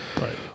right